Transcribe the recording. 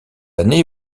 année